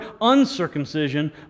uncircumcision